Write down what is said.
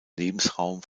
lebensraum